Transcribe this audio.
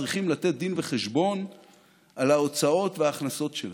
צריכים לתת דין וחשבון על ההוצאות וההכנסות שלהם.